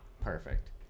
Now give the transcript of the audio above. perfect